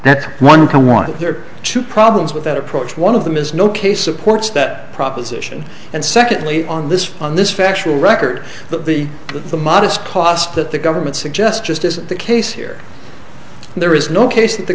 are two problems with that approach one of them is no case supports that proposition and secondly on this on this factual record that the modest cost that the government suggest just isn't the case here and there is no case that the